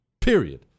period